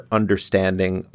understanding